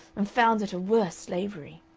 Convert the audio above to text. and found it a worse slavery.